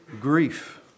grief